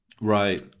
Right